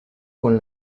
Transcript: con